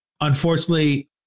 unfortunately